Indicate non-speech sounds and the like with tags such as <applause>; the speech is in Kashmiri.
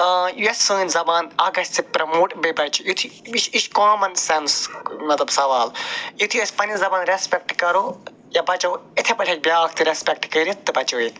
یَس سٲنۍ زبان اکھ گَژھِ پرٛموٹ بیٚیہِ بچہِ <unintelligible> کامن سٮ۪نٕس مطلب سوال یُتھٕے اَسہِ پنٛںہِ زبان رٮ۪سپٮ۪کٹ کَرو یا بچاوو یِتھَے پٲٹھۍ ہیٚکہِ بیٛاکھ تہِ رٮ۪سپٮ۪کٹ کٔرِتھ تہٕ بچٲیِتھ